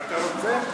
אתה רוצה?